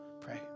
pray